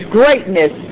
greatness